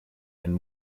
and